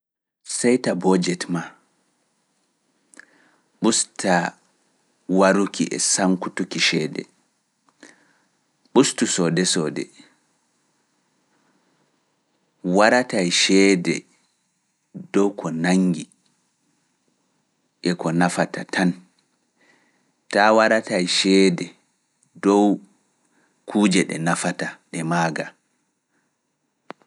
Seyta bojet maa, usta waruki e sankutuki ceede, ustu soode soode. Waratae ceede dow ko nanngi e ko nafata tan, taa waratae ceede dow kuuje ɗe nafata ɗe maaga.